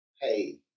hey